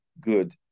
good